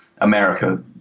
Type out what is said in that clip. America